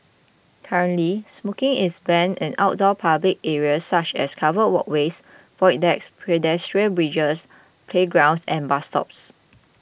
currently smoking is banned in outdoor public areas such as covered walkways void decks pedestrian bridges playgrounds and bus stops